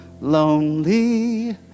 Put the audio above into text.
Lonely